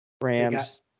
Rams